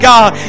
God